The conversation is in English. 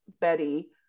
betty